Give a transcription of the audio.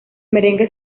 merengue